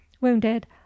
wounded